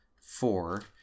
Four